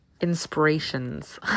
inspirations